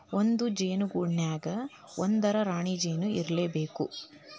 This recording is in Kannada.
ಒಂದ ಜೇನ ಗೂಡಿನ್ಯಾಗ ಒಂದರ ರಾಣಿ ಜೇನ ಇರಲೇಬೇಕ